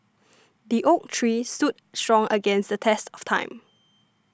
the oak tree stood strong against the test of time